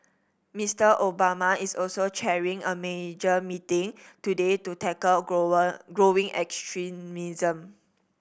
Mister Obama is also chairing a major meeting today to tackle grow growing extremism